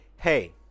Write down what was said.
hey